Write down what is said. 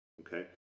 okay